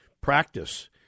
practice